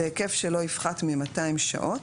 בהיקף שלא יפחת מ-200 שעות,